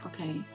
Okay